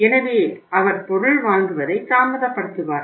எனவே அவர் பொருள் வாங்குவதை தாமதப்படுத்துவார்